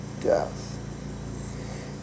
death